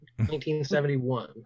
1971